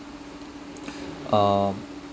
um